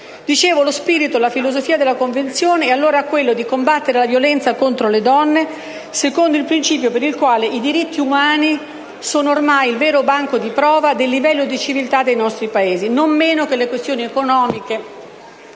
i sessi. Lo spirito, la filosofia della Convenzione è allora quella di combattere la violenza contro le donne secondo il principio per il quale i diritti umani sono ormai il vero banco di prova del livello di civiltà dei nostri Paesi non meno che le questioni economiche